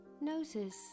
Notice